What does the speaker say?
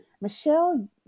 Michelle